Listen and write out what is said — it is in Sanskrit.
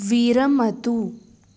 विरमतु